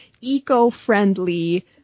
eco-friendly